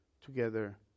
together